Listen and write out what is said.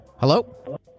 Hello